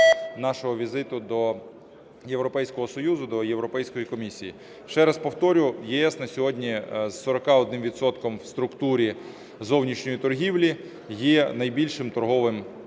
нашого візиту до Європейського Союзу, до Європейської комісії. Ще раз повторю, ЄС на сьогодні з 41 відсотком в структурі зовнішньої торгівлі є найбільшим торговим партнером